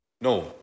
No